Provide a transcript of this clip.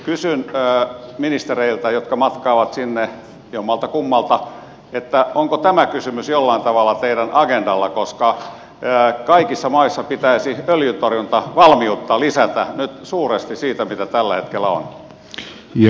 kysyn ministereiltä jotka matkaavat sinne jommaltakummalta että onko tämä kysymys jollain tavalla teidän agendallanne koska kaikissa maissa pitäisi öljyntorjuntavalmiutta lisätä nyt suuresti siitä mitä tällä hetkellä on